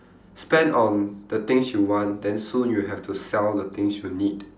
spend on the things you want then soon you'll have to sell the things you need